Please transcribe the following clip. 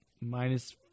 minus